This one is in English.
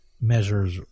measures